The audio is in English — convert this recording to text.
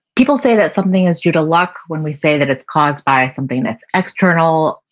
people say that something is due to luck when we say that it's caused by something that's external,